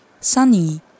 Sunny